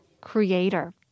creator